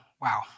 Wow